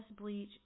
bleach